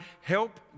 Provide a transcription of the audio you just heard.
help